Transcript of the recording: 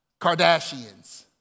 Kardashians